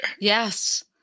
Yes